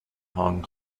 hong